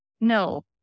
no